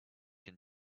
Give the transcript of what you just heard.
can